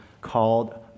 called